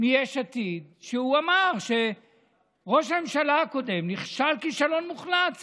מיש עתיד אמר שראש הממשלה הקודם נכשל כישלון מוחלט,